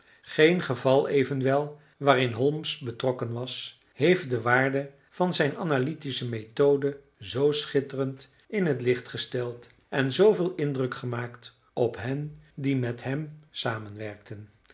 geen geval evenwel waarin holmes betrokken was heeft de waarde van zijn analytische methode zoo schitterend in t licht gesteld en zooveel indruk gemaakt op hen die met hem samenwerkten